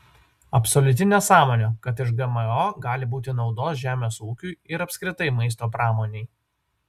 absoliuti nesąmonė kad iš gmo gali būti naudos žemės ūkiui ir apskritai maisto pramonei